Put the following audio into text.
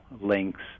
links